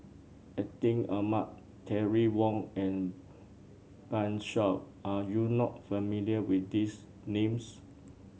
Atin Amat Terry Wong and Pan Shou are you not familiar with these names